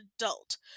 adult